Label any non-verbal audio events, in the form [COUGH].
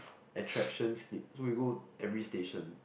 [NOISE] attractions slip so we go every station